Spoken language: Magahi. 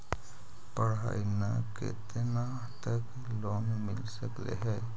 पढाई ल केतना तक लोन मिल सकले हे?